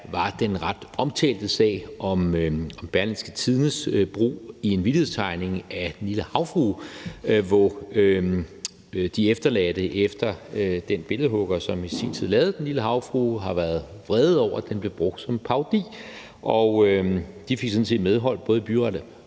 var den ret omtalte sag om Berlingskes brug i en vittighedstegning af Den Lille Havfrue, hvor de efterladte efter den billedhugger, som i sin tid lavede Den Lille Havfrue, har været vrede over, at den blev brugt som parodi. Og de fik sådan set medhold både i byretten